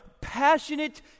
passionate